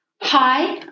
Hi